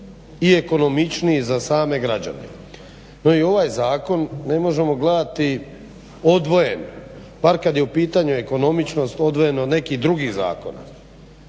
i ekonomičniji za same građene. No ni ovaj zakon ne možemo gledati odvojeno, bar kada je u pitanju ekonomičnost odvojen od nekih drugih zakona.